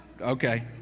Okay